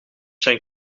zijn